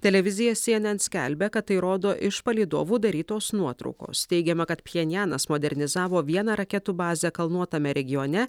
televizija cnn skelbia kad tai rodo iš palydovų darytos nuotraukos teigiama kad pchenjanas modernizavo vieną raketų bazę kalnuotame regione